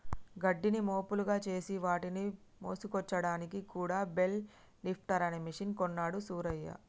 గడ్డిని మోపులుగా చేసి వాటిని మోసుకొచ్చాడానికి కూడా బెల్ లిఫ్టర్ అనే మెషిన్ కొన్నాడు సూరయ్య